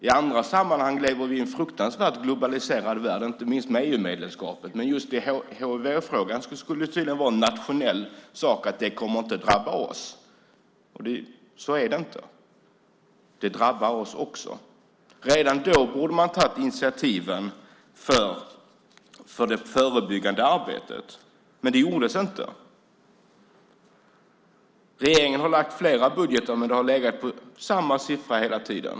I andra sammanhang lever vi i en fruktansvärt globaliserad värld, inte minst med EU-medlemskapet. Men just hivfrågan skulle tydligen vara en nationell sak. Det kommer inte att drabba oss. Så är det inte. Det drabbar oss också. Redan då borde man ha tagit initiativen för det förebyggande arbetet. Men det gjordes inte. Regeringen har lagt fram flera budgetar, men det har legat på samma siffra hela tiden.